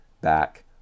back